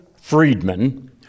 Friedman